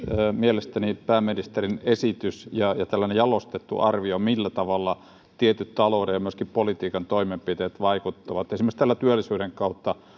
mielestäni pääministerin esitys ja jalostettu arvio siitä millä tavalla tietyt talouden ja myöskin politiikan toimenpiteet vaikuttavat esimerkiksi työllisyyden kautta